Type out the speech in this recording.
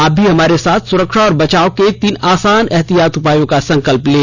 आप भी हमारे साथ सुरक्षा और बचाव के तीन आसान एहतियाती उपायों का संकल्प लें